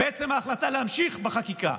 ועצם ההחלטה להמשיך בחקיקה,